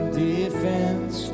defense